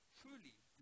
truly